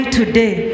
today